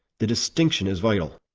the distinction is vital.